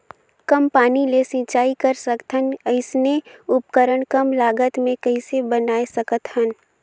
कम पानी ले सिंचाई कर सकथन अइसने उपकरण कम लागत मे कइसे बनाय सकत हन?